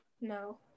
no